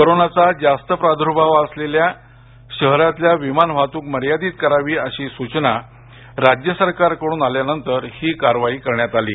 कोरोनाचा जास्त प्रादुर्भाव असेलल्या शहरातल्या विमान वाहतूक मर्यादित करावी अशा सूचना राज्य सरकारकडून आल्यानंतर ही कारवाई करण्यात आली आहे